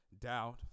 doubt